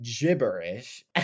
gibberish